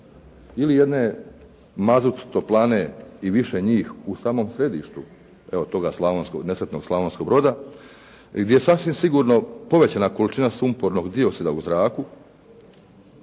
ili jedne mazut toplane i više njih u samom središtu evo toga, nesretnog Slavonskog Broda gdje sasvim sigurno povećana količina sumpornog dioksida u zraku